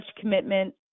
commitment